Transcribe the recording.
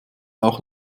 auch